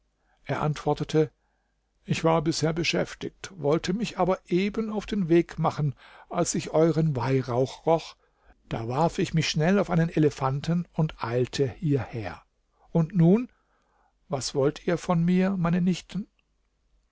er antwortete ich war bisher beschäftigt wollte mich aber eben auf den weg machen als ich euren weihrauch roch da warf ich mich schnell auf einen elefanten und eilte hierher und nun was wollt ihr von mir meine nichten